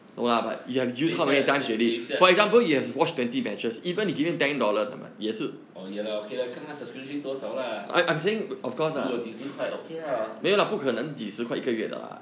等一下等等一下 oh ya lah okay lah 看他 subscription 多少 lah 如果几十块 okay lah